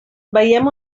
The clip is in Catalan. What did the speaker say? veiem